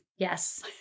Yes